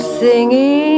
singing